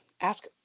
ask